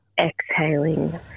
exhaling